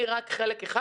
אני רק חלק אחד,